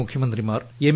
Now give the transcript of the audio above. മുഖ്യ മന്ത്രിമാർ എം